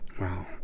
Wow